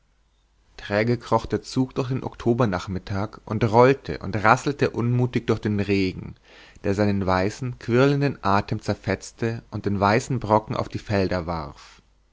träge kroch der zug durch den oktobernachmittag und rollte und rasselte unmutig durch den regen der seinen weißen quirlenden atem zerfetzte und in weißen brocken auf die felder warf